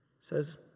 says